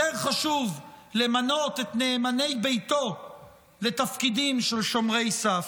יותר חשוב למנות את נאמני ביתו לתפקידים של שומרי סף.